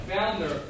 Founder